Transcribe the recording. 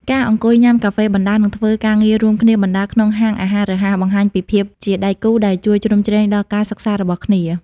ការអង្គុយញ៉ាំកាហ្វេបណ្ដើរ និងធ្វើការងាររួមគ្នាបណ្ដើរក្នុងហាងអាហាររហ័ស បង្ហាញពីភាពជាដៃគូដែលជួយជ្រោមជ្រែងដល់ការសិក្សារបស់គ្នា។